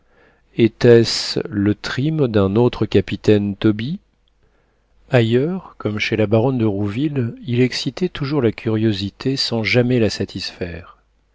était-ce le trim d'un autre capitaine tobie ailleurs comme chez la baronne de rouville il excitait toujours la curiosité sans jamais la satisfaire